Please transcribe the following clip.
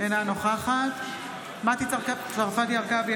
אינה נוכחת מטי צרפתי הרכבי,